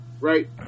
right